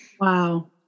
Wow